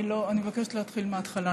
רגע, אני לא, אני מבקשת להתחיל מהתחלה.